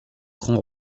grand